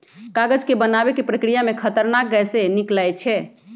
कागज बनाबे के प्रक्रिया में खतरनाक गैसें से निकलै छै